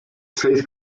seis